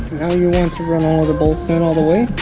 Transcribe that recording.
now you want to run all the bolts in all the way.